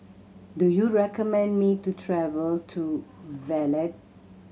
do you recommend me to travel to Valletta